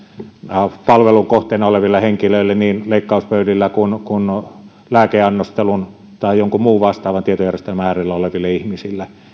asiakaspalvelun kohteena oleville henkilöille niin leikkauspöydillä kuin myös lääkeannostelun tai jonkun muun vastaavan tietojärjestelmän äärellä oleville ihmisille